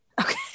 Okay